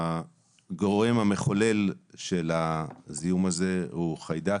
הגורם המחולל של הזיהום הזה הוא חיידק